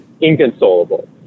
inconsolable